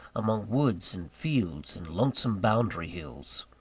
among woods and fields, and lonesome boundary-hills.